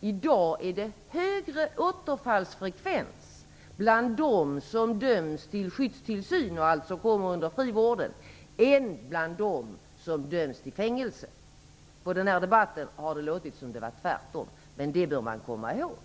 det i dag är en högre återfallsfrekvens bland dem som döms till skyddstillsyn, och alltså kommer under frivården, än bland dem som döms till fängelse. I den här debatten har det låtit som om det är tvärtom, men detta bör man komma ihåg.